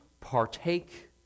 partake